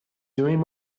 doing